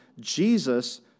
Jesus